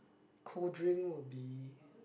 cold drink will be